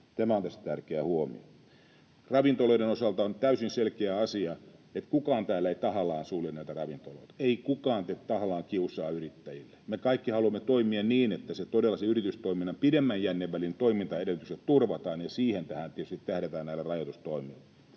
Tämä on tässä tärkeä huomio. Ravintoloiden osalta on täysin selkeä asia, että kukaan täällä ei tahallaan sulje näitä ravintoloita. Ei kukaan tee tahallaan kiusaa yrittäjille. Me kaikki haluamme toimia niin, että todella yritystoiminnan pidemmän jännevälin toimintaedellytykset turvataan, ja siihen tietysti tähdätään näillä rajoitustoimilla.